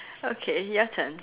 okay your turn